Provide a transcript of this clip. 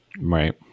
right